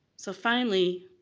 so finally,